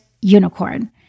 unicorn